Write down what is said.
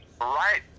right